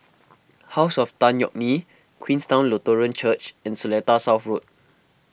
House of Tan Yeok Nee Queenstown Lutheran Church and Seletar South Road